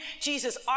Jesus